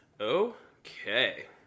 Okay